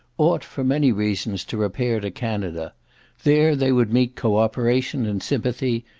ought, for many reasons, to repair to canada there they would meet co-operation and sympathy,